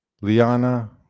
liana